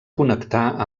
connectar